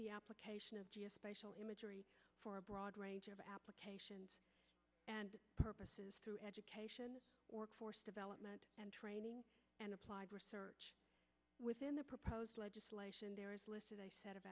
the application of special imagery for a broad range of applications and purposes through education workforce development and training and applied research within the proposed legislation there is a set of